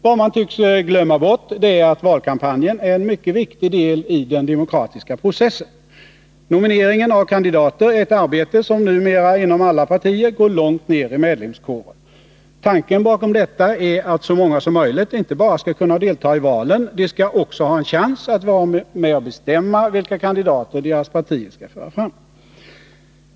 Vad man tycks glömma bort är att valkampanjen är en mycket viktig del av den demokratiska processen. Nomineringen av kandidater är ett arbete som numera inom alla partier går långt ner i medlemskåren. Tanken bakom detta är att så många som möjligt inte bara skall kunna delta i valen. De skall också ha en chans att vara med och bestämma vilka kandidater deras partier skall föra fram.